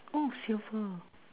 oh silver